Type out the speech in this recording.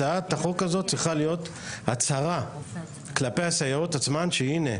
הצעת החוק הזאת צריכה להיות הצהרה כלפי הסייעות עצמן שהנה,